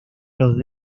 los